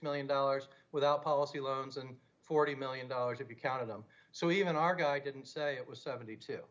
million dollars without policy loans and forty million dollars if you counted them so even our guy didn't say it was seventy two